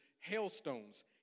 hailstones